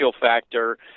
factor